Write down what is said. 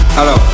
Hello